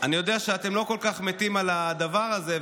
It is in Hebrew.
אני יודע שאתם לא כל כך מתים על הדבר הזה,